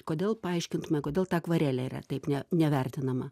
kodėl paaiškint kodėl ta akvarelė yra taip ne nevertinama